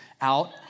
out